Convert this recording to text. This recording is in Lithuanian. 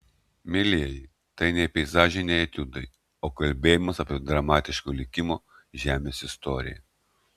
mielieji tai ne peizažiniai etiudai o kalbėjimas apie dramatiško likimo žemės istoriją